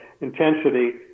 intensity